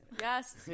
yes